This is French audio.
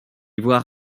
voir